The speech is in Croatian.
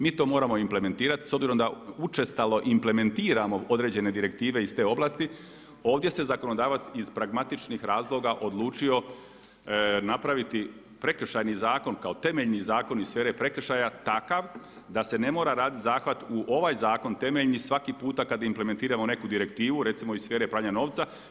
Mi to moramo implementirati s obzirom da učestalo implementiramo određene direktive iz te oblasti, ovdje se zakonodavac iz pragmatičnih razloga odlučio napraviti Prekršajni zakon kao temeljni zakon iz sfere prekršaja takav da se ne mora raditi zahvat u ovaj zakon temeljni svaki puta kada implementiramo neku direktivu, recimo iz sfere pranja novca.